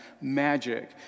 magic